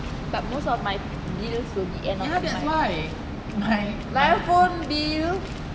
but most of my bills will be end of the month my phone bill